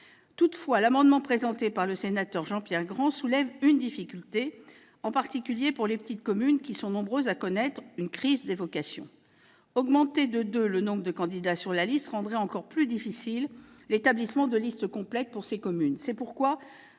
Toutefois, l'amendement déposé par Jean-Pierre Grand soulève une difficulté, en particulier pour les petites communes qui sont nombreuses à connaître une crise des vocations. Augmenter de deux le nombre de candidats sur la liste rendrait encore plus difficile l'établissement de listes complètes pour ces communes.